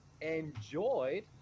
enjoyed